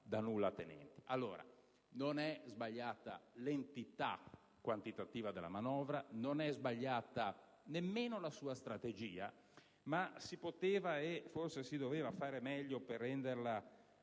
non è sbagliata l'entità quantitativa della manovra, nemmeno la sua strategia, ma si poteva e forse si doveva fare meglio per renderla